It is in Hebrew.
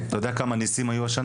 אתה יודע כמה ניסים היו השנה?